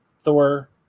Thor